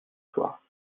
soir